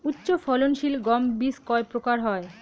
উচ্চ ফলন সিল গম বীজ কয় প্রকার হয়?